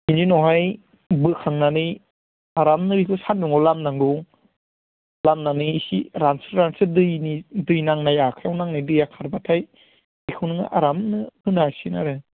बिनि उनावहाय बोखांनानै आरामनो एखौ सान्दुंआव लामनांगौ लामानानै एसे रानस्रो रानस्रो दैनि दै नांनाय आखायाव नांनाय दैआ खारब्लाथाय बेखौ नोङो आरामनो होनो हासिगोन आरो